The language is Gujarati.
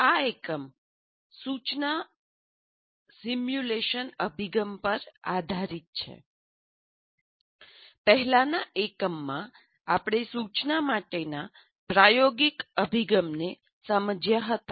આ એકમ સૂચના સિમ્યુલેશન અભિગમ પર છે પહેલાના એકમમાં આપણે સૂચના માટેના પ્રાયોગિક અભિગમને સમજ્યાં હતા